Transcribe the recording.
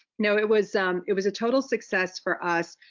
no, it was um it was a total success for us.